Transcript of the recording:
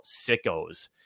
sickos